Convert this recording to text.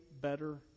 better